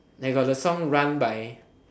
like got the song run by